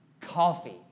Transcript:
Coffee